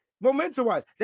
momentum-wise